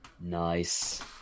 Nice